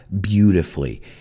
beautifully